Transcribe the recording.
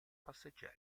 passeggeri